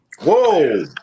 Whoa